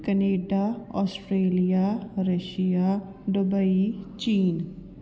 Canada Australia Russia Dubai ਚੀਨ